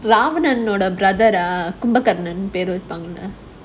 bravan brother ah Kumbhakarnan பெரு:kumbakarnan peru